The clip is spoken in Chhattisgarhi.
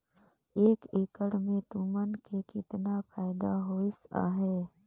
एक एकड़ मे तुमन के केतना फायदा होइस अहे